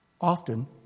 often